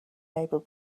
able